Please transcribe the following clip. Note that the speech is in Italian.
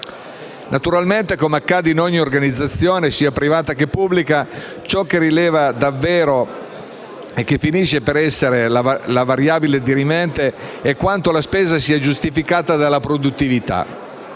Naturalmente, come accade in ogni organizzazione, sia privata che pubblica, ciò che rileva davvero e finisce per essere la variabile dirimente, è quanto la spesa sia giustificata dalla produttività.